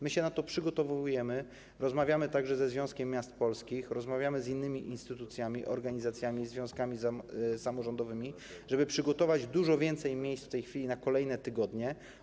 My się na to przygotowujemy, rozmawiamy także ze Związkiem Miast Polskich, rozmawiamy z innymi instytucjami, organizacjami, związkami samorządowymi, żeby przygotować dużo więcej miejsc w tej chwili na kolejne tygodnie.